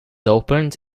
opened